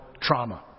trauma